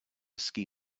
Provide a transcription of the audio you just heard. ski